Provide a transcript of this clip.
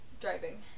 driving